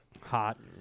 Hot